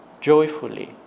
Joyfully